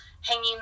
hanging